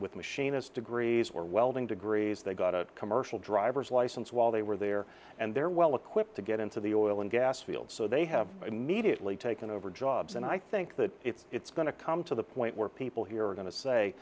with machinist degrees or welding degrees they got a commercial driver's license while they were there and they're well equipped to get into the oil and gas field so they have immediately taken over jobs and i think that if it's going to come to the point where people here are going to say